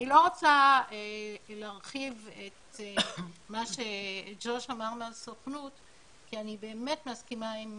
אני לא רוצה להרחיב את מה שג'וש מהסוכנות אמר כי אני באמת מסכימה עם